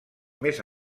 més